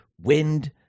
wind